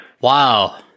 Wow